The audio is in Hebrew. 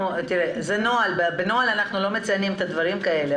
בנוהל אנחנו לא מציינים דברים כאלה,